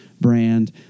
brand